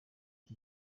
iki